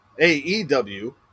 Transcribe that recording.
AEW